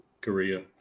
Korea